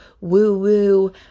woo-woo